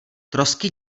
trosky